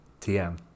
TM